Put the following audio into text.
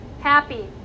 happy